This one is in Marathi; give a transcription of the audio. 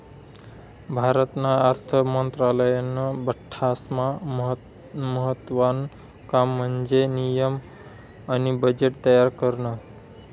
भारतना अर्थ मंत्रालयानं बठ्ठास्मा महत्त्वानं काम म्हन्जे नियम आणि बजेट तयार करनं